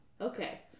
Okay